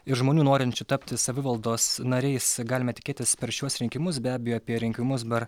iš žmonių norinčių tapti savivaldos nariais galima tikėtis per šiuos rinkimus be abejo apie rinkimus bar